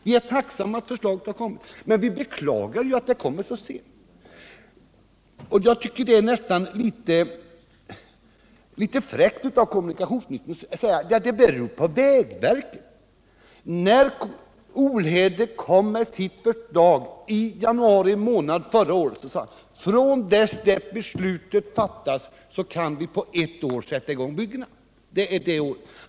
Vi är tacksamma för att det lagts fram ett förslag men beklagar att det kommit så sent. Jag tycker att det är nästan litet fräckt av kommunikationsministern att säga att det beror på vägverket, då Sven-Göran Olhede i januari förra året sade att byggena kan sättas i gång ett år efter det att beslut har fattats.